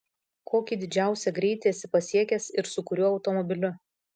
kokį didžiausią greitį esi pasiekęs ir su kuriuo automobiliu